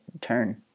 turn